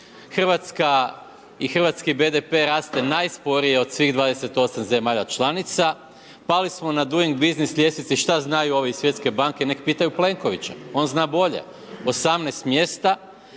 Hrvatska i hrvatski BDP raste najsporije od svih 28 zemalja članica, pali smo na doing business ljestvici, šta znaju ovi iz Svjetske banke, neka pitaju Plenkovića, on zna bolje, 18 mjesta.